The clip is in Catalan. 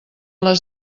les